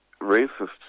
racists